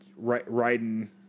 riding